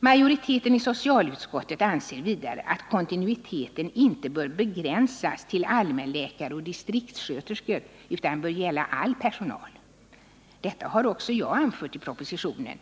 Majoriteten i socialutskottet anser vidare, att kontinuiteten inte bör begränsas till allmänläkare och distriktssköterskor utan bör gälla all personal. Detta har också jag anfört i propositionen.